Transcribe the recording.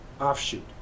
offshoot